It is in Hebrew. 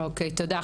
תודה.